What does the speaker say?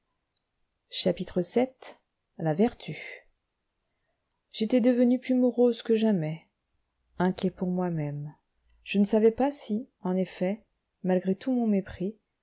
vii la vertu j'étais devenu plus morose que jamais inquiet pour moi-même je ne savais pas si en effet malgré tout mon mépris